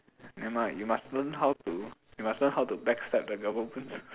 never mind you must learn how to you must learn how to backstab the government